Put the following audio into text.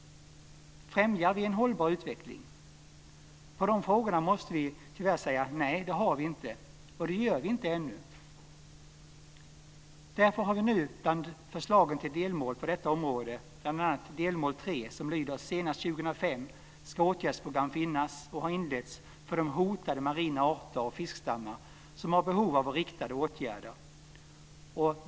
Främjar vi en hållbar utveckling? På de frågorna måste vi tyvärr svara: Nej, det har vi inte, respektive det gör vi ännu inte. Därför har vi nu bland förslagen till delmål på detta område bl.a. delmål 3, som lyder: "Senast 2005 skall åtgärddsprogram finnas och ha inletts för de hotade marina arter och fiskstammar som har behov av riktade åtgärder."